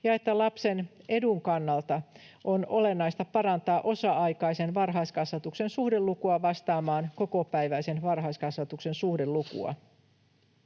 ja että lapsen edun kannalta on olennaista parantaa osa-aikaisen varhaiskasvatuksen suhdelukua vastaamaan kokopäiväisen varhaiskasvatuksen suhdelukua.